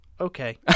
Okay